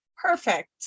perfect